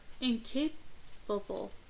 incapable